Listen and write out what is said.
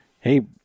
hey